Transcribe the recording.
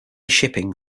shipping